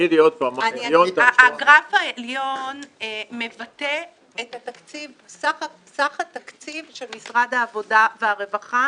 הגרף העליון מבטא את סך התקציב של משרד העבודה והרווחה